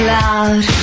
loud